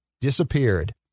disappeared